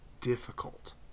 difficult